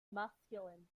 masculine